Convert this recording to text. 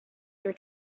your